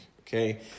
Okay